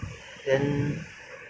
哪你平是在家会做什么